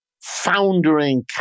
foundering